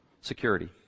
security